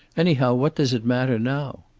anyhow, what does it matter now?